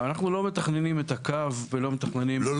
אנחנו לא מתכננים את הקו ולא מתכננים -- לא,